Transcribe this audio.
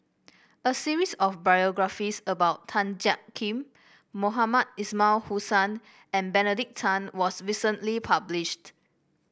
a series of biographies about Tan Jiak Kim Mohamed Ismail Hussain and Benedict Tan was recently published